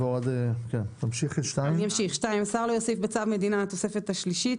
כן תמשיכי את 2. "(2)השר לא יוסיף בצו מדינה לתוספת השלישית